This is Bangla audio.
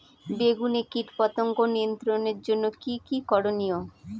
বেগুনে কীটপতঙ্গ নিয়ন্ত্রণের জন্য কি কী করনীয়?